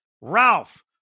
Ralph